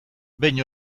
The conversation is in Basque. behin